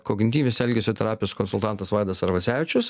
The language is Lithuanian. kognityvinės elgesio terapijos konsultantas vaidas arvasevičius